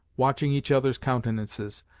watching each other's countenances,